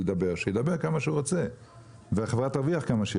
שידבר כמה שהוא רוצה והחברה תרוויח כמה שהיא